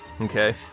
Okay